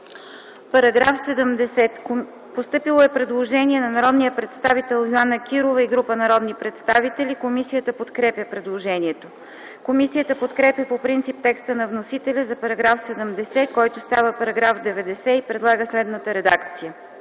предложението. Има предложение от народния представител Йоана Кирова и група народни представители. Комисията подкрепя предложението. Комисията подкрепя по принцип текста на вносителя за § 87, който става § 106, и предлага следната редакция: